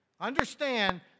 understand